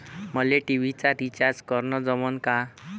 मले टी.व्ही चा रिचार्ज करन जमन का?